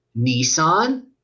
Nissan